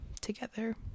together